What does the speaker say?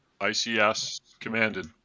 ICS-commanded